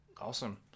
Awesome